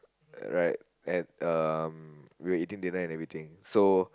right at um we were eating dinner and everything so